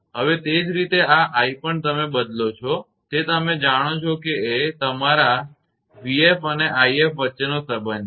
હવે એ જ રીતે આ i પણ તમે બદલો છો તે તમે જાણો છો કે એ તમારા 𝑣𝑓 અને 𝑖𝑓 વચ્ચેનો સંબંધ છે